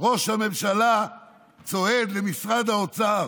ראש הממשלה צועד למשרד האוצר